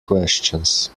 questions